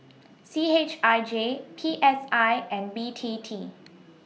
C H I J P S I and B T T